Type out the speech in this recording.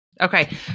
Okay